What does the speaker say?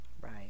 Right